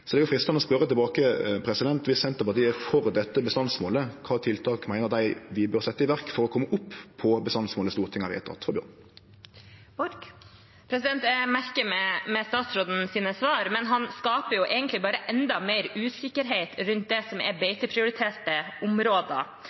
Det er freistande å spørje tilbake, om Senterpartiet er for dette bestandsmålet: Kva tiltak meiner dei vi bør setje i verk for å kome opp på bestandsmålet Stortinget har vedteke for bjørn? Jeg merker meg statsrådens svar, men han skaper egentlig bare enda mer usikkerhet rundt det som er beiteprioriterte områder.